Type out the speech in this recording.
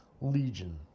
Legion